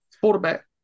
Quarterback